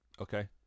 Okay